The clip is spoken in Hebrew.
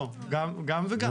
לא, גם וגם.